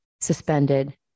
Suspended